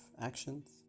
actions